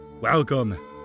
Welcome